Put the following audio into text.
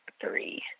three